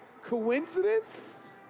Coincidence